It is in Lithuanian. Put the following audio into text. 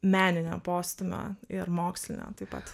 meninio postūmio ir mokslinio taip pat